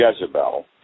Jezebel